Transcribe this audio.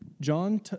John